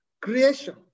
creation